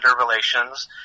relations